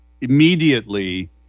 immediately